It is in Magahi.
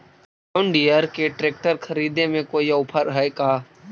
जोन डियर के ट्रेकटर खरिदे में कोई औफर है का?